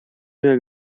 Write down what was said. jak